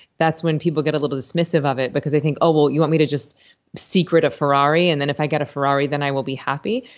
that's when people get a little dismissive of it, because they think, oh, well, you want me to just secret a ferrari, and then if i get a ferrari, then i will be happy?